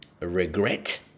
regret